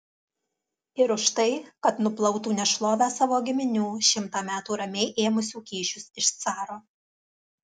ir už tai kad nuplautų nešlovę savo giminių šimtą metų ramiai ėmusių kyšius iš caro